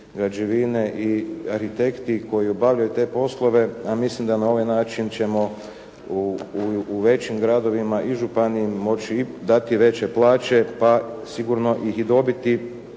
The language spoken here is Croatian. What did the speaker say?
građevine i arhitekti koji obavljaju te poslove a mislim da na ovaj način ćemo u većim gradovima i županijama moći i dati veće plaće pa sigurno ih i dobiti